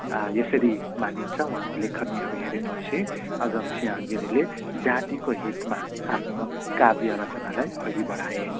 यसरी मानिन्छ उहाँको लेखनीहरू हेरेपछि अगमसिंह गिरीले जातिको हितमा आफ्नो काव्य रचनालाई अघि बढाए